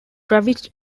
travis